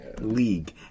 league